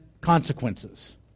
consequences